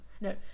No